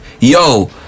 Yo